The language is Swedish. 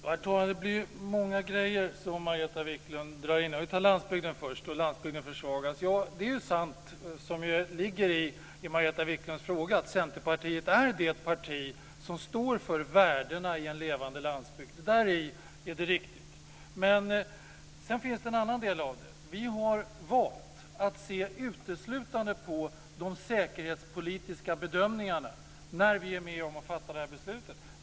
Herr talman! Det är många saker som Margareta Viklund drar in. Låt oss ta detta att landsbygden försvagas först. Det är sant - och det ligger i Margareta Viklunds fråga - att Centerpartiet är det parti som står för värdena i en levande landsbygd. Det är riktigt. Men sedan finns det en annan del i det. Vi har valt att se uteslutande på de säkerhetspolitiska bedömningarna när vi är med om att fatta det här beslutet.